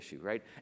right